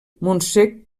montsec